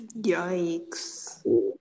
Yikes